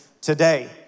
today